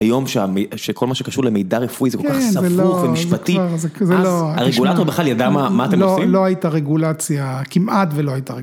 היום שכל מה שקשור למידע רפואי זה כל כך סבוך ומשפטי, אז הרגולטור בכלל ידע מה אתם עושים? לא הייתה רגולציה, כמעט ולא הייתה רגולציה.